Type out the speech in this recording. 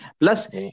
Plus